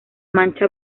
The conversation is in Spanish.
mancha